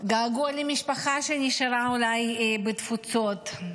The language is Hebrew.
געגוע למשפחה שנשארה אולי בתפוצות,